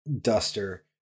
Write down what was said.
duster